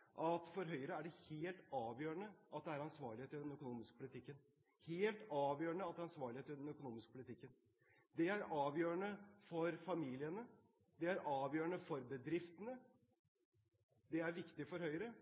samarbeide med Høyre i fremtiden, vet at for Høyre er det helt avgjørende at det er ansvarlighet i den økonomiske politikken. Det er avgjørende for familiene, det er avgjørende for bedriftene. Det er viktig for Høyre,